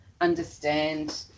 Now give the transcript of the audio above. understand